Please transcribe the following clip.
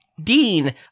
Dean